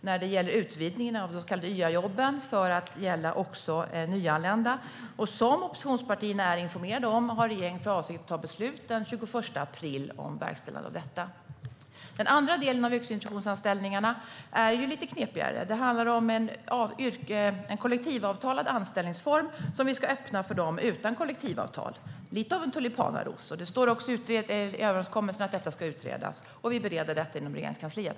När det gäller utvidgningen av de så kallade YA-jobben till att gälla också nyanlända har regeringen, vilket oppositionspartierna är informerade om, för avsikt att fatta beslut om verkställande av detta den 21 april. Den andra delen av yrkesintroduktionsanställningarna är lite knepigare. Det handlar om en kollektivavtalad anställningsform som vi ska öppna för dem utan kollektivavtal, vilket är lite av en tulipanaros. Det står också i överenskommelsen att detta ska utredas, och vi bereder det inom Regeringskansliet.